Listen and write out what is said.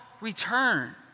Return